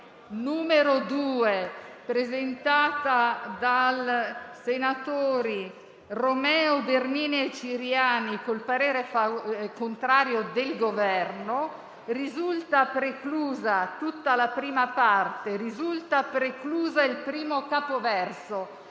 n. 2, presentata dai senatori Romeo, Bernini e Ciriani, col parere contrario del Governo, risultano preclusi tutta la prima parte (le premesse) e il primo capoverso